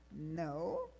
No